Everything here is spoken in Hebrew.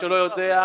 בוקר טוב,